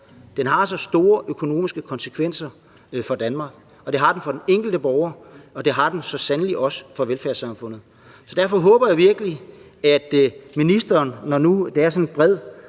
for, har så store økonomiske konsekvenser for Danmark. Det har den for den enkelte borger, og det har den så sandelig også for velfærdssamfundet. Derfor håber vi virkelig i Dansk Folkeparti, når det er sådan en bred